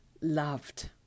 loved